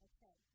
Okay